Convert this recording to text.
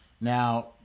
now